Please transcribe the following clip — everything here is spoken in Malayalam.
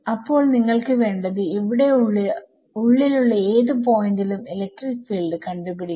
അപ്പോൾ നിങ്ങൾക്ക് വേണ്ടത് ഇവിടെ ഉള്ളിലുള്ള ഏത് പോയിന്റിലും ഇലക്ട്രിക് ഫീൽഡ് കണ്ടുപിടിക്കണം